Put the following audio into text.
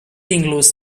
includes